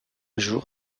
jour